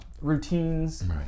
routines